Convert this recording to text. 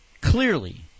clearly